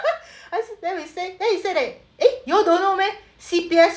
I say then we say then he said that eh you all don't know meh C_P_F